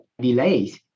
delays